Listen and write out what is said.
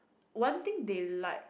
one thing they like